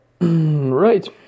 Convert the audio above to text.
Right